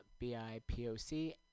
BIPOC